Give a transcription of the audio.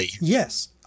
Yes